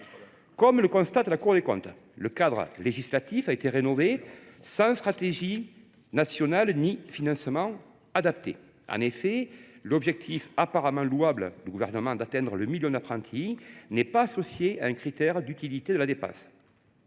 Comme le constate la Cour des comptes, le cadre législatif a été rénové sans stratégie nationale ni financement adapté. L’objectif apparemment louable du Gouvernement d’atteindre le million d’apprentis n’a été associé à aucun critère d’utilité de la dépense.